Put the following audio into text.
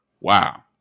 Wow